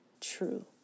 true